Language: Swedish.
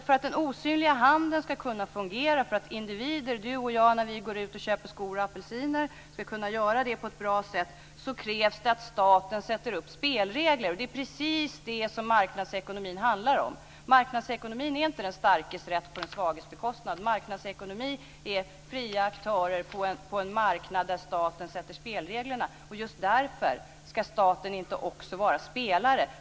För att den osynliga handen ska kunna fungera, för att individer som du och jag när vi går ut och köper skor och apelsiner ska kunna göra det på ett bra sätt, krävs det att staten sätter upp spelregler. Det är precis det som marknadsekonomin handlar om. Marknadsekonomi är inte den starkes rätt på den svages bekostnad. Marknadsekonomi är fria aktörer på en marknad där staten sätter upp spelreglerna, och just därför ska staten inte också vara spelare.